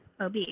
OB